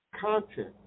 content